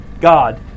God